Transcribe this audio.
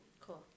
Cool